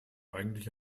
eigentlich